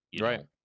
right